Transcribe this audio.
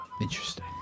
Interesting